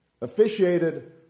officiated